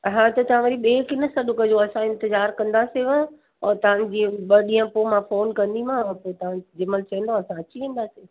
हा त तव्हां वरी ॿिए खे न सॾु कजो असां इंतज़ारु कंदासींव और तव्हां जीअं ॿ ॾींहुं पोइ मां फ़ोन कंदीमांव पोइ तव्हां जंहिं महिल चवंदव असां अची वेंदासीं